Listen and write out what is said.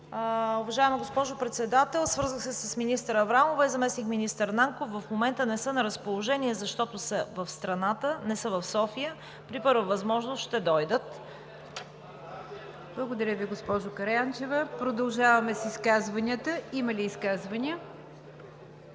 Уважаема госпожо Председател, свързах се с министър Аврамова и заместник-министър Нанков. В момента не са на разположение, защото са в страната, не са в София. При първа възможност ще дойдат. ПРЕДСЕДАТЕЛ НИГЯР ДЖАФЕР: Благодаря Ви, госпожо Караянчева. Продължаваме с изказванията. Има ли изказвания?